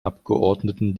abgeordneten